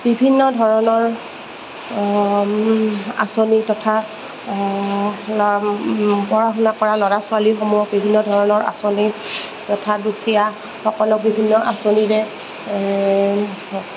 বিভিন্ন ধৰণৰ আঁচনি তথা পঢ়া শুনা কৰা ল'ৰা ছোৱালীসমূহক বিভিন্ন ধৰণৰ আঁচনি তথা দুখীয়া সকলক বিভিন্ন আঁচনিৰে